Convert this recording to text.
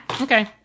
Okay